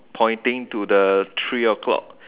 pointing to the three o-clock